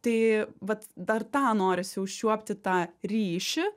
tai vat dar tą norisi užčiuopti tą ryšį